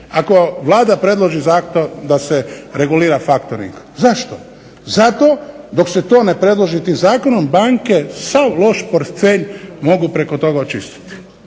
ako Vlada predloži …/Ne razumije se./… da se regulira faktoring. Zašto, zato dok se to ne predloži tim zakonom banke sav loš portfelj mogu preko toga očistiti.